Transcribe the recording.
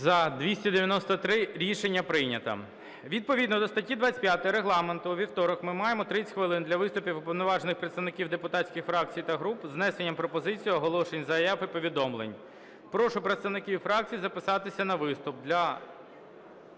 За-293 Рішення прийнято. Відповідно до статті 25 Регламенту у вівторок ми маємо 30 хвилин для виступів уповноважених представників депутатських фракцій та груп із внесенням пропозицій, оголошень, заяв і повідомлень. Прошу представників фракцій записатися на виступ...